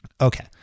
Okay